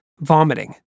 vomiting